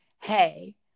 hey